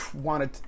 wanted